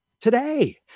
today